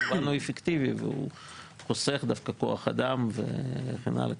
כמובן הוא אפקטיבי והוא חוסך דווקא כוח אדם וכן הלאה.